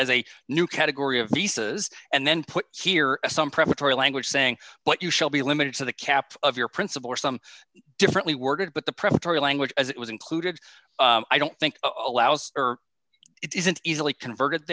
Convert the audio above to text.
a new category of pieces and then put here some preparatory language saying but you shall be limited to the capture of your principal or some differently worded but the predatory language as it was included i don't think allows or it isn't easily converted